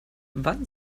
wann